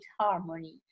harmony